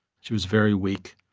she was very weak,